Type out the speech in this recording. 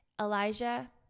Elijah